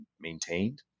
maintained